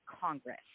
Congress